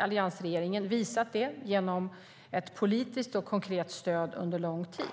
alliansregeringen också visat det genom ett politiskt och konkret stöd under lång tid.